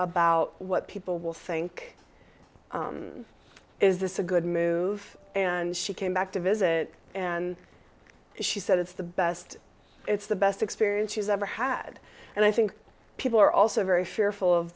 about what people will think is this a good move and she came back to visit and she said it's the best it's the best experience she's ever had and i think people are also very fearful of